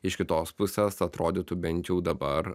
iš kitos pusės atrodytų bent jau dabar